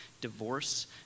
Divorce